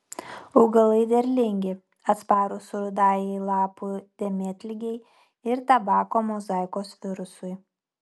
augalai derlingi atsparūs rudajai lapų dėmėtligei ir tabako mozaikos virusui